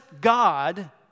God